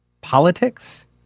politics